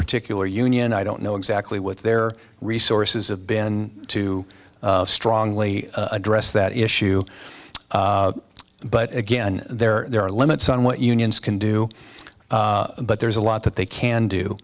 particular union i don't know exactly what their resources have been to strongly address that issue but again there are limits on what unions can do but there's a lot that they can do